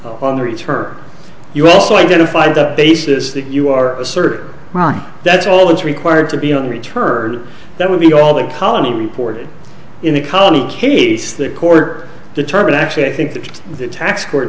on the return you also identified the basis that you are a cert on that's all that's required to be on return that would be all the colony reported in the colony case the court determined actually i think that the tax court